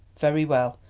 very well.